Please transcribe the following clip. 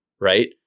right